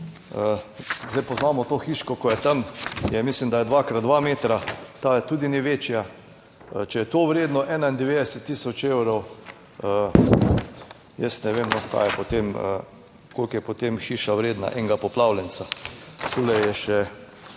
zdaj poznamo to hiško, ki je tam, je, mislim, da je 2 × 2 metra, ta tudi ni večja, če je to vredno 91 tisoč evrov, jaz ne vem, kaj je potem, koliko je potem hiša vredna enega poplavljenca. Tule je še,